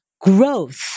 growth